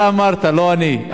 אתה אמרת, לא אני.